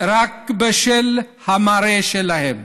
רק בשל המראה שלהם.